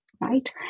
right